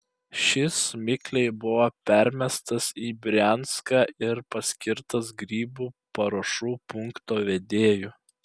šis mikliai buvo permestas į brianską ir paskirtas grybų paruošų punkto vedėju